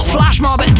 Flashmob